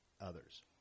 others